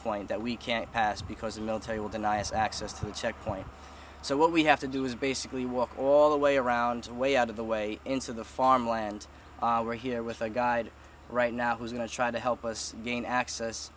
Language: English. checkpoint that we can't pass because the military will deny us access to the checkpoint so what we have to do is basically walk all the way around the way out of the way into the farmland we're here with a guide right now who's going to try to help us gain access